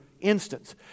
instance